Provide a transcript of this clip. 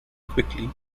quickly